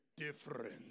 different